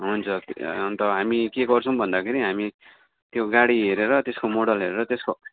हुन्छ अन्त हामी के गर्छौँ भन्दाखेरि हामी त्यो गाडी हेरेर त्यसको मोडल हेरेर त्यसको